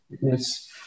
yes